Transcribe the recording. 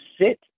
sit